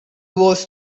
was